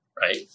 right